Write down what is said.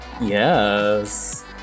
Yes